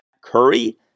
Curry